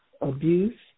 abuse